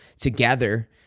together